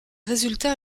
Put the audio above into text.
résultats